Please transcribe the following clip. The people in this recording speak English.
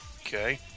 Okay